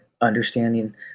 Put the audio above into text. understanding